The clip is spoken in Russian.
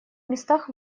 местах